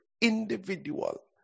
individual